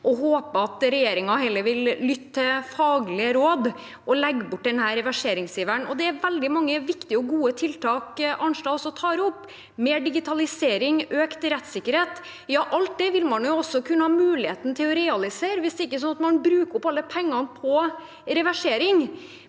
og håper at regjeringen heller vil lytte til faglige råd og legge bort denne reverseringsiveren. Det er veldig mange viktige og gode tiltak Arnstad tar opp: mer digitalisering, økt rettssikkerhet. Alt dette vil man også kunne ha muligheten til å realisere hvis det ikke er sånn at man bruker opp alle pengene på reversering.